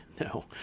No